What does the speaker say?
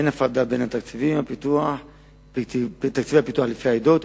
אין הפרדה בין תקציבי הפיתוח לפי העדות,